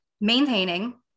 maintaining